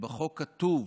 שבחוק כתוב